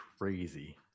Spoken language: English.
crazy